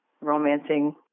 romancing